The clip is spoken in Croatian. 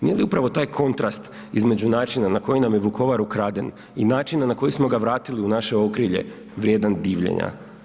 Nije li upravo taj kontrast između načina na koji nam je Vukovar ukraden i načina na koji smo ga vratili u naše okrilje vrijedan divljenja?